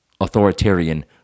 authoritarian